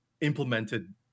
implemented